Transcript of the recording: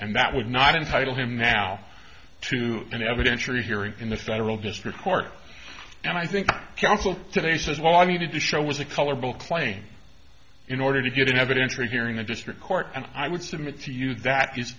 and that would not entitle him now to an evidentiary hearing in the federal district court and i think counsel today says well i needed to show was a color bill claim in order to get in evidence for a hearing the district court and i would submit to you that